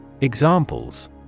Examples